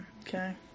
okay